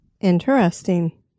Interesting